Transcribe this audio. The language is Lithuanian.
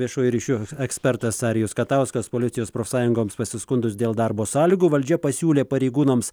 viešųjų ryšių ekspertas arijus katauskas policijos profsąjungoms pasiskundus dėl darbo sąlygų valdžia pasiūlė pareigūnams